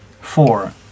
Four